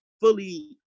fully